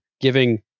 giving